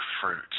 fruits